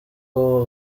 abo